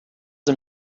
him